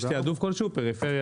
יש תעדוף כלשהו לפריפריה?